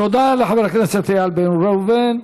תודה לחבר הכנסת איל בן ראובן.